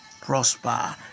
prosper